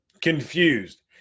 confused